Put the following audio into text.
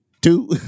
two